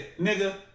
nigga